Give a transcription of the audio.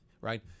right